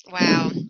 Wow